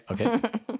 okay